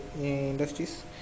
industries